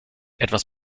etwas